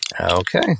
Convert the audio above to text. Okay